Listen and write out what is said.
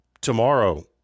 tomorrow